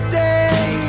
day